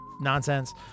nonsense